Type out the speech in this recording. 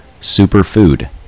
superfood